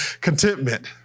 contentment